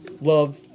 love